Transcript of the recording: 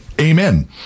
amen